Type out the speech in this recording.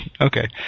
Okay